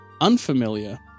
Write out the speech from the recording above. unfamiliar